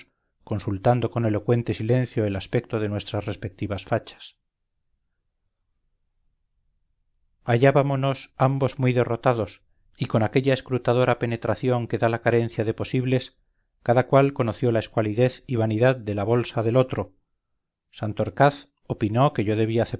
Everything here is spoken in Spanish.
consultando con elocuente silencio el aspecto de nuestras respectivas fachas hallábamonos ambos muy derrotados y con aquella escrutadora penetración que da la carencia de posibles cada cual conoció la escualidezy vanidad de la bolsa del otro santorcaz opinó que yo debía